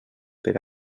per